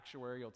actuarial